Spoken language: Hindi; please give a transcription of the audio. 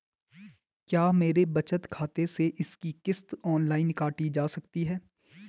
क्या मेरे बचत खाते से इसकी किश्त ऑनलाइन काटी जा सकती है?